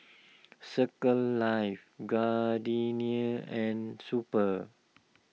Circles Life Gardenia and Super